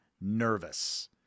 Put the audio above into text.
nervous